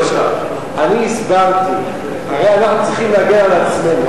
אני הסברתי, הרי אנחנו צריכים להגן על עצמנו.